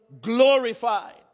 glorified